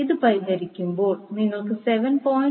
ഇത് പരിഹരിക്കുമ്പോൾ നിങ്ങൾക്ക് 7